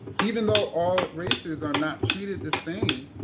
even though all races are not treated the same,